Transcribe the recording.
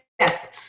yes